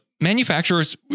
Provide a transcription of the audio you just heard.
manufacturers